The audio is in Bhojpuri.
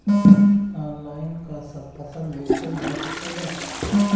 आनलाइन का सब फसल बेचल जा सकेला?